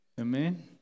Amen